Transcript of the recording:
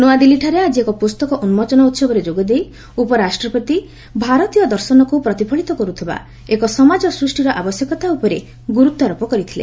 ନ୍ନଆଦିଲ୍କୀଠାରେ ଆଜି ଏକ ପୁସ୍ତକ ଉନ୍କୋଚନ ଉସବରେ ଯୋଗଦେଇ ଉପରାଷ୍ଟ୍ରପତି ଭାରତୀୟ ଦର୍ଶନକୁ ପ୍ରତିଫଳିତ କରୁଥିବା ଏକ ସମାଜ ସୃଷ୍ଟିର ଆବଶ୍ୟକତା ଥିବା ଉପରେ ଗୁରୁତ୍ୱ ଦେଇଥିଲେ